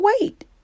wait